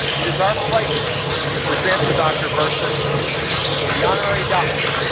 it is our pleasure to present to dr. burson the honorary doctorate.